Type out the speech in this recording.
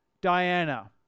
Diana